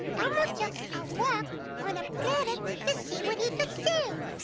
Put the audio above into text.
and took a walk on a planet to see what he could so